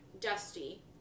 dusty